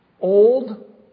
old